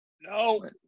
No